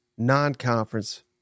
non-conference